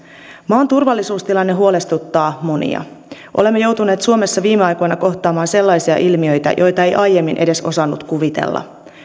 maan turvallisuustilanne huolestuttaa monia olemme joutuneet suomessa viime aikoina kohtaamaan sellaisia ilmiöitä joita ei aiemmin edes osannut kuvitella